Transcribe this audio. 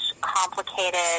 complicated